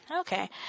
Okay